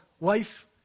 life